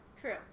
true